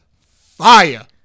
fire